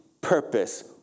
purpose